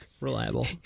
reliable